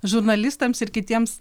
žurnalistams ir kitiems